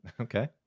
Okay